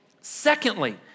Secondly